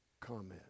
comment